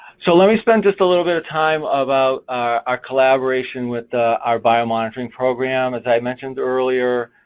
so let me spend just a little bit of time about our collaboration with our biomonitoring program. as i mentioned earlier,